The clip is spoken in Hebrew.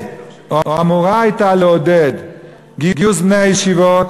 או אמור היה לעודד גיוס בני ישיבות,